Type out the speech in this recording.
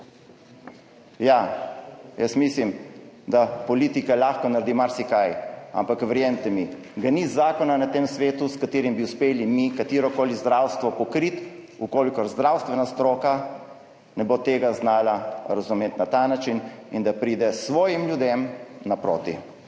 Ja, jaz mislim, da politika lahko naredi marsikaj, ampak verjemite mi, ga ni zakona na tem svetu, s katerim bi uspeli mi katerokoli zdravstvo pokriti, v kolikor zdravstvena stroka ne bo tega znala razumeti na ta način in prišla svojim ljudem naproti.